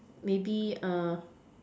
maybe err